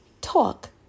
talk